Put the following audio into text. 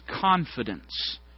confidence